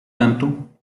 tanto